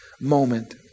moment